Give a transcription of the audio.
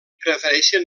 prefereixen